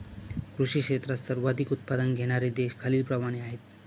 कृषी क्षेत्रात सर्वाधिक उत्पादन घेणारे देश खालीलप्रमाणे आहेत